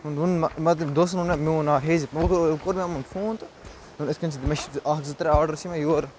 دوستَن ووٚن مےٚ میون ناو ہیٚیہِ زِ وۄنۍ کوٚر مےٚ یِمَن فون تہٕ یِتھ کٔنۍ چھِ مےٚ چھِ اَکھ زٕ ترٛےٚ آرڈَر چھِ مےٚ یور